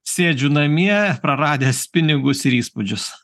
sėdžiu namie praradęs pinigus ir įspūdžius